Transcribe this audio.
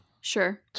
Sure